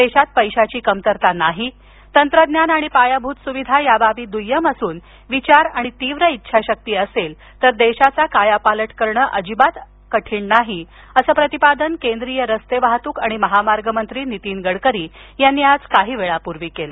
देशात पैशाची कमतरता नाही तंत्रज्ञान आणि पायाभूत सुविधा या बाबी दुय्यम असून विचार आणि तीव्र इच्छाशक्ती असेल तर देशाचा कायापालट करणं अजिबात कठीण नाही असं प्रतिपादन केंद्रीय रस्ते वाहतूक आणि महामार्ग मंत्री नीतीन गडकरी यांनी आज काही वेळापूर्वी केलं